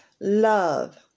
love